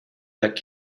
that